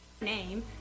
Name